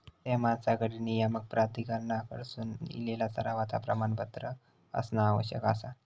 त्या माणसाकडे नियामक प्राधिकरणाकडसून इलेला सरावाचा प्रमाणपत्र असणा आवश्यक आसा